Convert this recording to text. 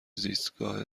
زیستگاه